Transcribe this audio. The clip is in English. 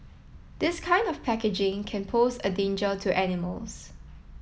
this kind of packaging can pose a danger to animals